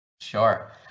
Sure